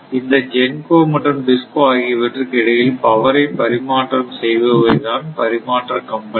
இந்த GENCO மற்றும் DISCO ஆகியவற்றுக்கு இடையில் பவரை பரிமாற்றம் செய்பவை தான் பரிமாற்ற கம்பெனிகள்